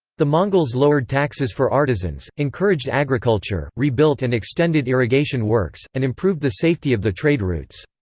the mongols lowered taxes for artisans, encouraged agriculture, rebuilt and extended irrigation works, and improved the safety of the trade routes.